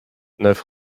neuf